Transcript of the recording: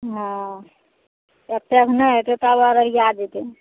हँ एतए नहि हेतै तब अररिया जएतै